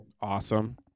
Awesome